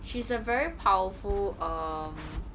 she's a very powerful um